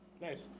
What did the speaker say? Nice